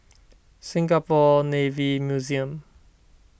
Singapore Navy Museum